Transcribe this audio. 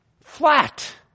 flat